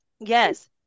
Yes